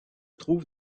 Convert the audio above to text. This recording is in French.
trouve